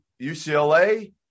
UCLA